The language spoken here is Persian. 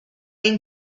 این